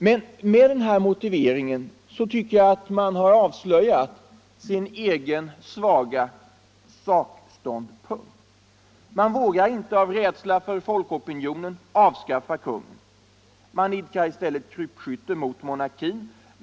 Men med den här motiveringen tycker jag att man har avslöjat sin egen svaga sakståndpunkt. Man vågar inte, av rädsla för folkopinionen, avskaffa kungen. Man idkar i stället krypskytte mot monarkin.